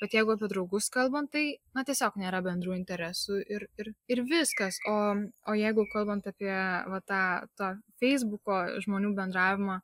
bet jeigu apie draugus kalbant tai na tiesiog nėra bendrų interesų ir ir ir viskas o o jeigu kalbant apie va tą tą feisbuko žmonių bendravimą